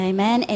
Amen